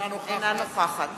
אינה נוכחת